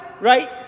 right